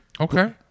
Okay